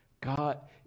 God